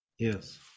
Yes